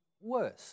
worse